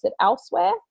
elsewhere